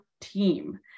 team